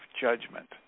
judgment